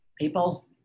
people